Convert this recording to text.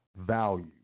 value